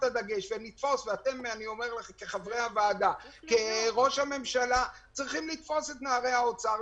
אתם בוועדה צריכים לתפוס את נערי האוצר,